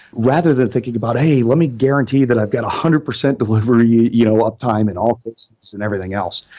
rather than thinking about, hey! let me guarantee that i've got one hundred percent delivery you know uptime and all of these and everything else.